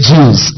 Jews